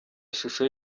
ishusho